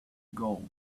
gold